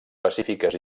pacífiques